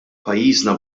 pajjiżna